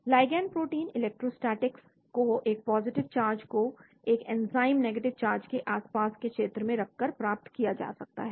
ligand protein electrostatics को एक positive charge को एक एंजाइम नेगेटिव चार्ज के आसपास के क्षेत्र में रखकर प्राप्त किया जा सकता है